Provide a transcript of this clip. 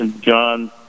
john